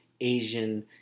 Asian